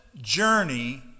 journey